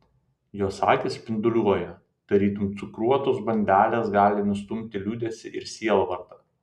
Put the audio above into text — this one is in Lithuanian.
jos akys spinduliuoja tarytum cukruotos bandelės gali nustumti liūdesį ir sielvartą